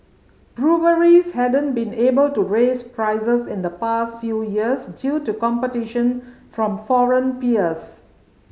breweries hadn't been able to raise prices in the past few years due to competition from foreign peers